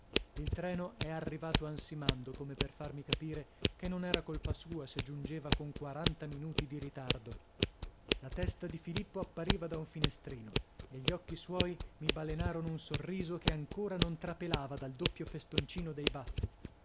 il treno è arrivato ansimando come per farmi capire che non era colpa sua se giungeva con quaranta minuti di ritardo la testa di filippo appariva da un finestrino e gli occhi suoi mi balenarono un sorriso che ancora non trapelava dal doppio festoncino dei baffi